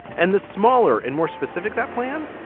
and the smaller and more specific that plan,